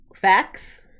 facts